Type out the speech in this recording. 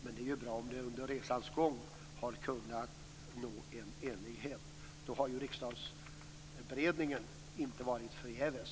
Men det är bra om de under resans gång har kunnat nå en enighet. Då har ju riksdagsberedningen inte varit förgäves.